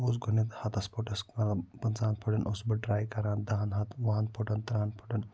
بہٕ اوسُس گۄڈٕنٮ۪تھ ہَتَس فُٹَس مَطلَب پٕنٛژٕہَن فٕٹَن اوسُس بہٕ ٹرٛے کران دَہَن فُٹَن وُہَن فُٹَن تٕرٛہَن فُٹَن